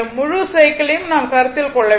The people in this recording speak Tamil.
முழு சைக்கிளையும் நாம் கருத்தில் கொள்ள வேண்டும்